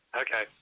Okay